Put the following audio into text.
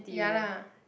ya lah